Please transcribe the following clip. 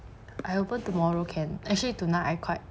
I open tomorrow can actually tonight I quite